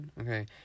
Okay